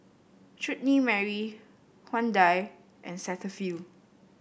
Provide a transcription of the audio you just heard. Chutney Mary Hyundai and Cetaphil